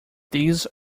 these